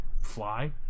fly